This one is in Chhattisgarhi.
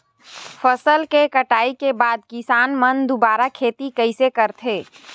फसल के कटाई के बाद किसान मन दुबारा खेती कइसे करथे?